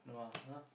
no ah !huh!